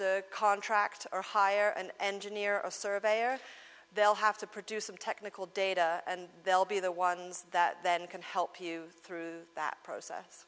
to contract or hire an engineer or a surveyor they'll have to produce some technical data and they'll be the ones that then can help you through that process